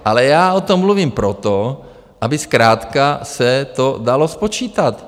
Ale já o tom mluvím proto, aby zkrátka se to dalo spočítat.